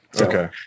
Okay